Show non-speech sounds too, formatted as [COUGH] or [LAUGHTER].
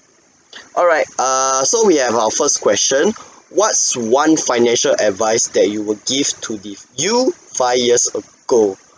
alright err so we have our first question [BREATH] what's one financial advice that you will give to the you five years ago